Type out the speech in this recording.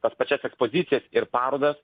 tas pačias ekspozicijas ir parodas